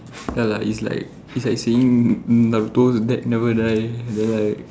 ya lah is like is like seeing Naruto's dad never die and then like